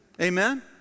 Amen